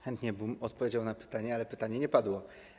Chętnie bym odpowiedział na pytanie, ale pytanie nie padło.